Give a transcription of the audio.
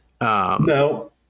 No